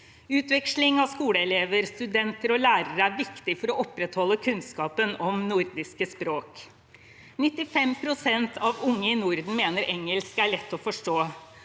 Utveksling av skoleelever, studenter og lærere er viktig for å opprettholde kunnskapen om nordiske språk. 95 pst. av unge i Norden mener engelsk er lett å forstå.